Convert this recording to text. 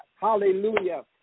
Hallelujah